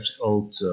old